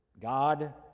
god